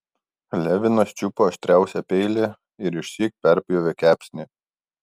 levinas čiupo aštriausią peilį ir išsyk perpjovė kepsnį